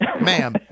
ma'am